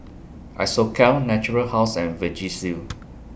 Isocal Natura House and Vagisil